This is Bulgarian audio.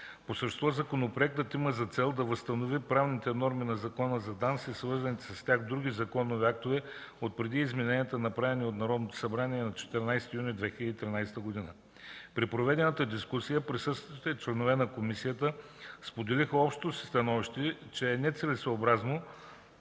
По същество законопроектът има за цел да възстанови правните норми на Закона за ДАНС и свързаните с тях други законови актове отпреди измененията, направени от Народното събрание на 14 юни 2013 г. При проведената дискусия присъстващите членове на комисията споделиха общото си становище, че е нецелесъобразно